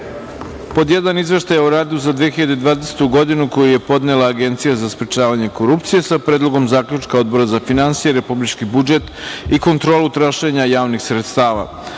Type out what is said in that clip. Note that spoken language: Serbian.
reda – Izveštaj o radu za 2020. godinu, koji je podnela Agencija za sprečavanje korupcije, sa Predlogom zaključka Odbora za finansije, republički budžet i kontrolu trošenja javnih sredstava